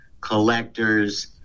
collectors